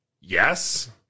Yes